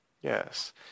Yes